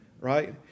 right